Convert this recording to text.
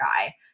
guy